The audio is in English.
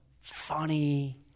funny